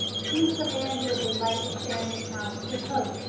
he was a man who would delight in sharing his house, his hopes,